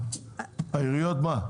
העיריות, מה?